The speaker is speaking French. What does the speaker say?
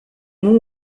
nom